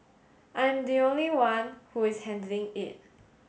I am the only one who is handling it